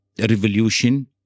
revolution